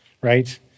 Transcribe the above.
Right